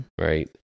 right